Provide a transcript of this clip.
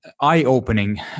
eye-opening